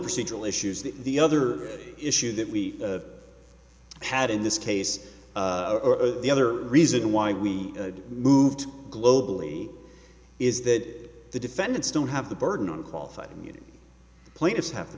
procedural issues the the other issue that we had in this case or the other reason why we moved globally is that the defendants don't have the burden on qualified immunity plaintiffs have the